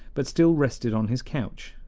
but still rested on his couch,